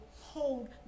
hold